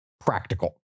practical